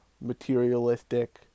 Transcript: materialistic